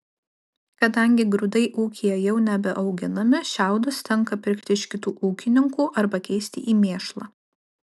kadangi grūdai ūkyje jau nebeauginami šiaudus tenka pirkti iš kitų ūkininkų arba keisti į mėšlą